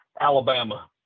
Alabama